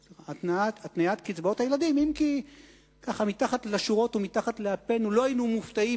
אם כי מתחת לשורות ומתחת לאפינו לא היינו מופתעים